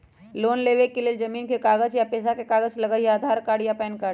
Loan लेवेके लेल जमीन के कागज या पेशा के कागज लगहई या आधार कार्ड या पेन कार्ड?